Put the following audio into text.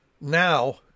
Now